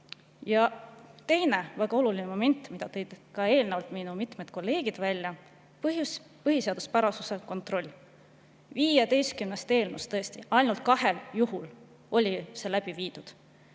Ja teine väga oluline moment, mille tõid eelnevalt välja ka mitmed minu kolleegid, on põhiseaduspärasuse kontroll. 15 eelnõust tõesti ainult kahel juhul oli see läbi viidud.